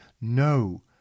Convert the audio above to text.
No